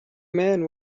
man